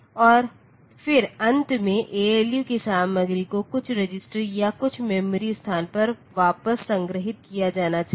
और फिर अंत में एएलयू की सामग्री को कुछ रजिस्टर या कुछ मेमोरी स्थान पर वापस संग्रहीत किया जाना चाहिए